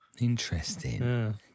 Interesting